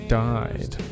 died